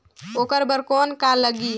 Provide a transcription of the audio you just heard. ओकर बर कौन का लगी?